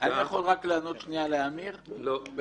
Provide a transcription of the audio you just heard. אני יכול רק לענות שנייה לאמיר במשפט?